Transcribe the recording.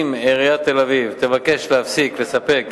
אם עיריית תל-אביב תבקש להפסיק לספק